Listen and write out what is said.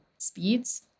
speeds